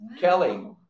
Kelly